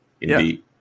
Indeed